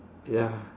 ya